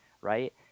Right